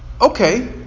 okay